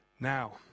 Now